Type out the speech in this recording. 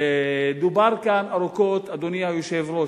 דובר כאן ארוכות, אדוני היושב-ראש.